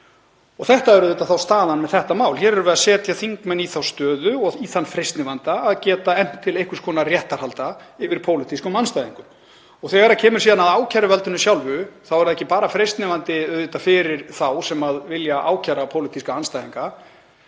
Þetta er auðvitað staðan með þetta mál. Hér erum við að setja þingmenn í þá stöðu og í þann freistnivanda að geta efnt til einhvers konar réttarhalda yfir pólitískum andstæðingum sínum. Þegar kemur síðan að ákæruvaldinu sjálfu þá er það ekki bara freistnivandi fyrir þá sem vilja ákæra pólitíska andstæðinga.